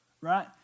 right